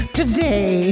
today